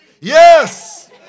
Yes